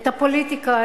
את הפוליטיקה,